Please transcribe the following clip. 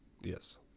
Yes